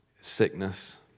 sickness